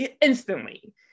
Instantly